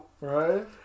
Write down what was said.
Right